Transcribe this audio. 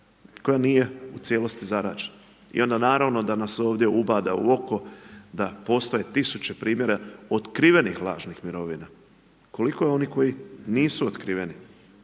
koja nije u cijelosti zarađena. I onda naravno da nas ovdje ubada u oko da postoje tisuće primjera otkrivenih lažnih mirovina. Koliko je onih koji nisu otkriveni?